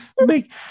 make